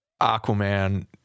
Aquaman